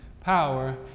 power